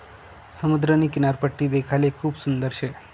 समुद्रनी किनारपट्टी देखाले खूप सुंदर शे